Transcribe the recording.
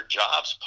jobs